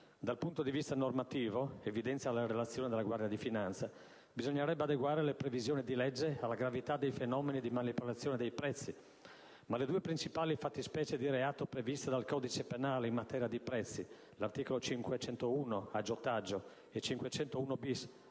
Dal punto di vista normativo, come evidenzia la relazione della Guardia di finanza, bisognerebbe adeguare le previsioni di legge alla gravità dei fenomeni di manipolazione dei prezzi, ma le due principali fattispecie di reato previste dal codice penale in materia di prezzi, all'articolo 501 (aggiotaggio) e